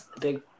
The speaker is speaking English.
big